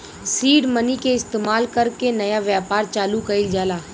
seed money के इस्तमाल कर के नया व्यापार चालू कइल जाला